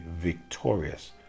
victorious